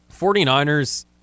49ers